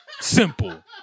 Simple